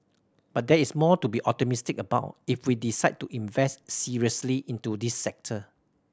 but there is more to be optimistic about if we decide to invest seriously into this sector